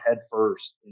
headfirst